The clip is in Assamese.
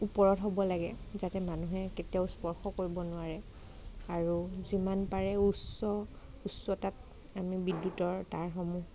ওপৰত হ'ব লাগে যাতে মানুহে কেতিয়াও স্পৰ্শ কৰিব নোৱাৰে আৰু যিমান পাৰে উচ্চ উচ্চতাত আমি বিদ্যুতৰ তাঁৰসমূহ